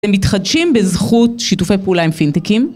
אתם מתחדשים בזכות שיתופי פעולה עם פינטקים